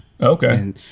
Okay